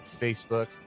Facebook